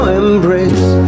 embrace